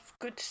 good